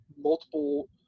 multiple